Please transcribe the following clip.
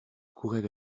couraient